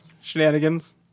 shenanigans